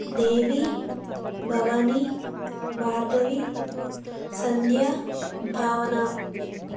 దేవి భవాని భార్గవి సంధ్య భావన